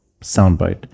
soundbite